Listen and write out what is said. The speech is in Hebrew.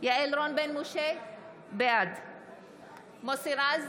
יעל רון בן משה, בעד מוסי רז,